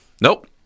Nope